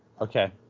Okay